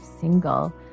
single